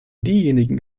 diejenigen